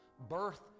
Birth